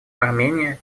армения